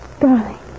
Darling